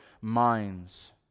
minds